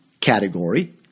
category